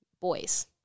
boys